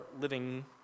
living